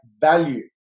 value